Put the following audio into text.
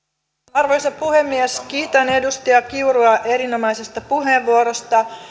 arvoisa puhemies kiitän edustaja kiurua erinomaisesta puheenvuorosta